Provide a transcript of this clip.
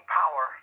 power